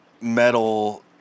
metal